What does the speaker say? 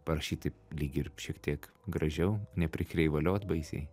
parašyti lyg ir šiek tiek gražiau neprikreivaliot baisiai